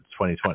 2020